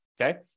okay